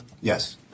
Yes